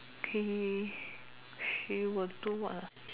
eh she will do what ah